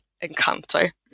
encounter